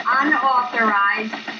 unauthorized